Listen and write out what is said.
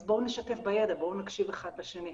אז בואו נשתף בידע ונקשיב אחד לשני.